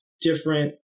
different